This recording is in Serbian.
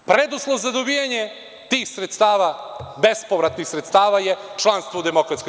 Preduslov za dobijanje tih sredstava, bespovratnih sredstava je članstvo u DS.